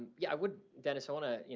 yeah, i would dennis, i want to, you